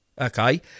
Okay